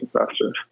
investors